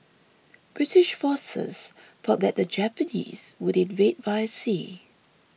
British forces thought that the Japanese would invade via sea